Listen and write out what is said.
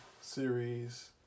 series